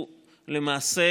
למעשה